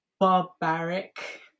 barbaric